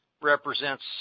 represents